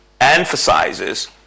emphasizes